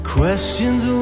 questions